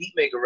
Heatmaker